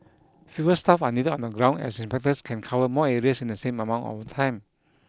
fewer staff are needed on the ground as inspectors can cover more areas in the same amount of time